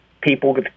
people